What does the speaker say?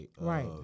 right